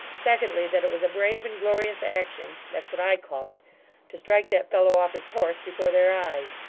secondly, that it was a brave and glorious action that's what i call it to strike that fellow off his horse before their eyes